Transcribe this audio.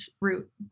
root